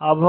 A Bk2k1C है